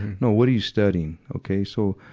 no, what are you studying? okay, so,